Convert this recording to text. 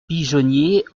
pigeonnier